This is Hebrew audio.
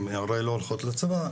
הן הרי לא הולכות לצבא.